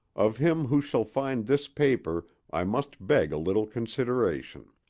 of him who shall find this paper i must beg a little consideration.